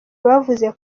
bavuze